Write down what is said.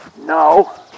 No